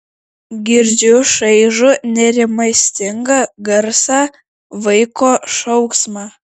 girdžiu šaižų nerimastingą garsą vaiko šauksmą